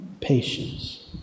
patience